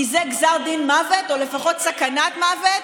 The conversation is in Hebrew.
כי זה גזר דין מוות או לפחות סכנת מוות,